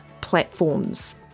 platforms